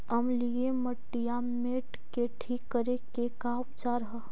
अमलिय मटियामेट के ठिक करे के का उपचार है?